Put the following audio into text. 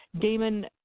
Damon